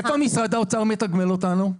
איפה משרד האוצר מתגמל אותנו?